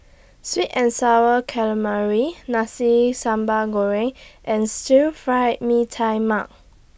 Sweet and Sour Calamari Nasi Sambal Goreng and Stir Fried Mee Tai Mak